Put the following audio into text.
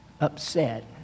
upset